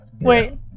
wait